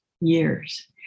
years